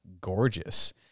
gorgeous